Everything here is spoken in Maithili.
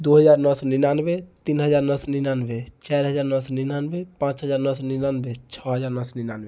दू हजार नओ सए निनानबे तीन हजार नओ सए निनानबे चारि हजार नओ सए निनानबे पाँच हजार नओ सए निनानबे छओ हजार नओ सए निनानबे